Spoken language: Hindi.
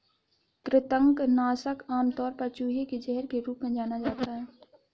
कृंतक नाशक आमतौर पर चूहे के जहर के रूप में जाना जाता है